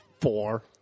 Four